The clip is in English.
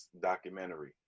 documentary